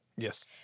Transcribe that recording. Yes